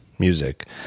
Music